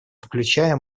включая